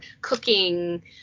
cooking